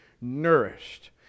nourished